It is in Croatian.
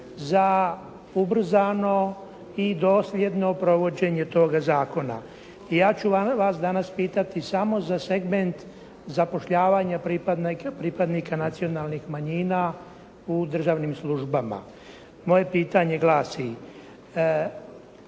za ubrzano i dosljedno provođenje toga zakona. I ja ću vas danas pitati samo za segment zapošljavanja pripadnika nacionalnih manjina u državnim službama. Moje pitanje glasi.